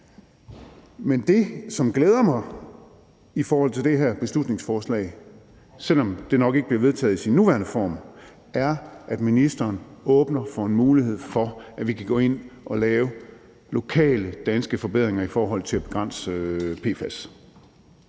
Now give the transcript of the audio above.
Men det, som glæder mig i forhold til det her beslutningsforslag, selv om det nok ikke bliver vedtaget i sin nuværende form, er, at ministeren åbner for en mulighed for, at vi kan gå ind og lave lokale danske forbedringer i forhold til at begrænse PFAS,